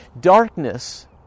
Darkness